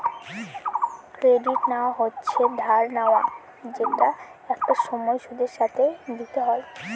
credit নেওয়া হচ্ছে ধার নেওয়া যেটা একটা সময় সুদের সাথে দিতে হয়